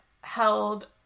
held